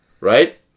right